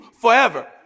forever